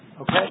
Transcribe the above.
Okay